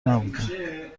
نبودیم